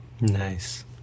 nice